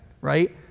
right